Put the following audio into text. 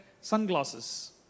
sunglasses